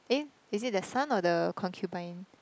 eh is it that son or the concubine